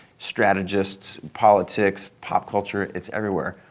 strategists, politics, pop culture, it's everywhere.